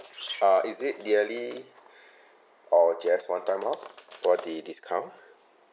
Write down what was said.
uh is it yearly or just one time off for the discount